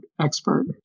expert